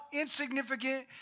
insignificant